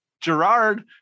Gerard